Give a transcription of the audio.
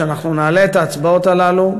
ואנחנו נעלה את ההצעות הללו,